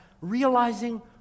realizing